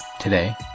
Today